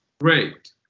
great